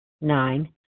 Nine